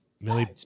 Millie